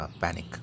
panic